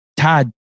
Todd